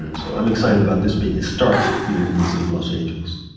and so i'm excited about this being a start here in the city of los angeles.